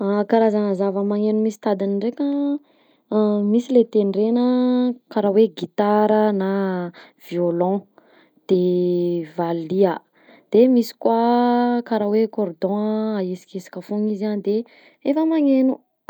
Karazana zava-magnegno misy tadiny ndraika an: misy le tendrena karaha hoe gitara a, na violon, de valiha, de misy koa karaha hoe cordon ahesikasika fôgna izy de efa magnegno.